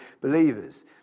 believers